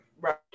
right